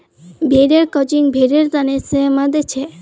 भेड़ेर क्रचिंग भेड़ेर तने सेहतमंद छे